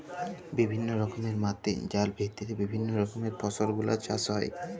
বিভিল্য রকমের মাটি যার ভিত্তিতে বিভিল্য রকমের ফসল গুলা চাষ হ্যয়ে